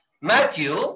Matthew